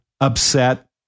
upset